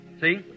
See